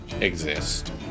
exist